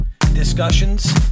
discussions